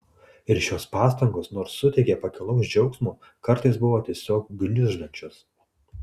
ir šios pastangos nors suteikė pakilaus džiaugsmo kartais buvo tiesiog gniuždančios